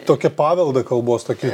tokią paveldą kalbos tokį